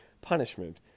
punishment